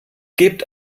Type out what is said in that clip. gebt